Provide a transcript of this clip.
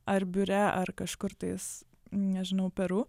ar biure ar kažkur tais nežinau peru